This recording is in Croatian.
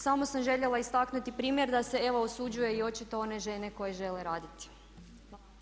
Samo sam željela istaknuti primjer da se evo osuđuje i očito one žene koje žele raditi.